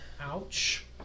Ouch